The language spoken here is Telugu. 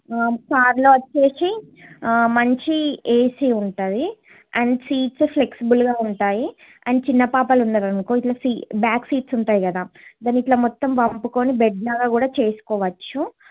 కార్లో వచ్చి మంచి ఏసి ఉంటుంది అండ్ సీట్స్ ఫ్లెక్సిబుల్గా ఉంటాయి అండ్ చిన్న పాపలు ఉన్నారనుకో ఇలా సీట్స్ బ్యాక్ సీట్స్ ఉంటాయి కదా దాన్ని ఇలా మొత్తం వంపుకుని బెడ్లాగ కూడా చేసుకోవచ్చు